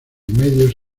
medios